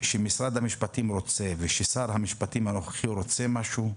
שמשרד המשפטים רוצה, וכששר המשפטים רוצה משהו,